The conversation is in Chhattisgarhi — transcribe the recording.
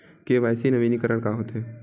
के.वाई.सी नवीनीकरण का होथे?